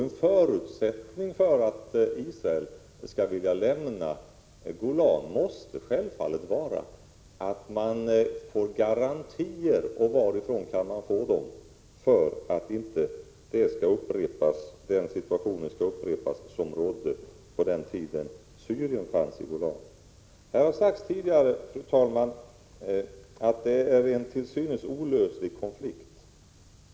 En förutsättning för att Israel skall lämna Golan måste självfallet vara att man får garantier — och varifrån kan man få dem — för att inte den situation skall upprepas som rådde på den tid som Syrien fanns där. Det har sagts tidigare, fru talman, att det här är en till synes olöslig konflikt.